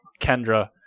Kendra